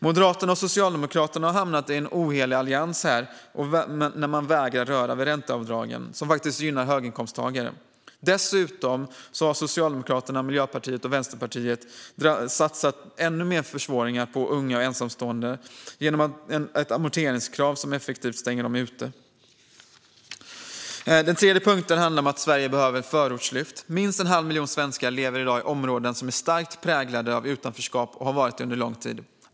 Moderaterna och Socialdemokraterna har hamnat i en ohelig allians och vägrar röra vid ränteavdragen, som faktiskt gynnar höginkomsttagare. Dessutom har Socialdemokraterna, Miljöpartiet och Vänsterpartiet satsat på att försvåra ännu mer för unga och ensamstående genom ett amorteringskrav som effektivt stänger dem ute. För det tredje: Sverige behöver ett förortslyft. Minst en halv miljon svenskar lever i dag i områden som är starkt präglade av utanförskap och har varit det under lång tid.